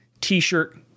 t-shirt